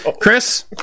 chris